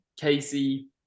Casey